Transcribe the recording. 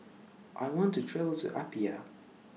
I want to travel to Apia